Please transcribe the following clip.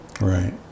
right